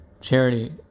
charity